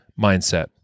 mindset